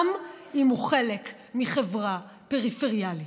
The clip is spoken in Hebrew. גם אם הוא חלק מחברה פריפריאלית.